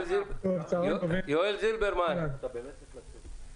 יואל זלברמן, בבקשה.